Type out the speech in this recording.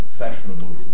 fashionable